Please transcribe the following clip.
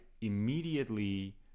immediately